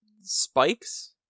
spikes